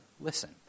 listen